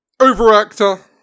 Overactor